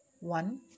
One